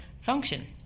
function